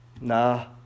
Nah